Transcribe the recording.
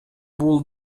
бул